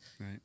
right